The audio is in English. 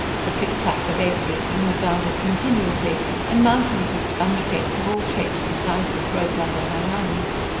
the click-clack of egg-beating resounded continuously and mountains of sponge-cakes of all shapes and sizes rose under her hands.